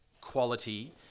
quality